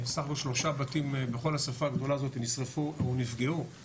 סך הכל שלושה בתים בכל השריפה הגדולה הזאת נשרפו או נפגעו,